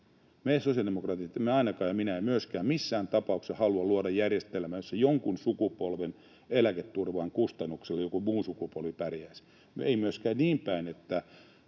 Me sosiaalidemokraatit emme ainakaan, ja minä en myöskään, missään tapauksessa halua luoda järjestelmää, jossa jonkun sukupolven eläketurvan kustannuksella joku muu sukupolvi pärjäisi. Ei myöskään niin päin, että